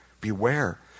beware